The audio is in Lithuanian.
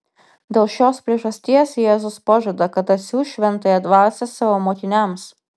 dėl šios priežasties jėzus pažada kad atsiųs šventąją dvasią savo mokiniams